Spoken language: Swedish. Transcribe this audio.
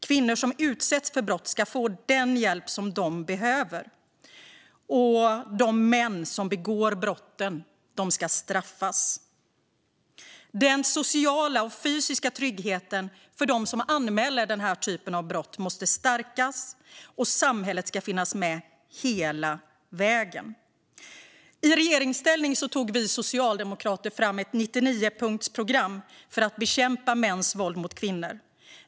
Kvinnor som utsätts för brott ska få den hjälp de behöver, och de män som begår brotten ska straffas. Den sociala och fysiska tryggheten för dem som anmäler den här typen av brott måste stärkas, och samhället ska finnas med hela vägen. I regeringsställning tog vi socialdemokrater fram ett 99-punktsprogram för att bekämpa mäns våld mot kvinnor.